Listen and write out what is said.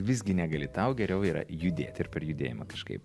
visgi negali tau geriau yra judėt ir per judėjimą kažkaip